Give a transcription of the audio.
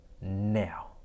now